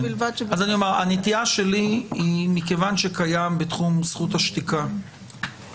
הנטייה שלי היא שמכיוון שקיים בתחום זכות השתיקה,